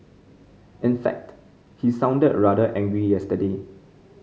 in fact he sounded rather angry yesterday